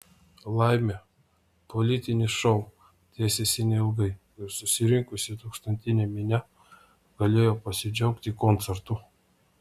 laimė politinis šou tęsėsi neilgai ir susirinkusi tūkstantinė minia galėjo pasidžiaugti koncertu